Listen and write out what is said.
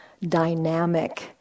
dynamic